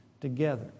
together